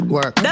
Work